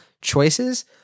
choices